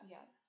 Yes